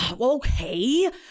okay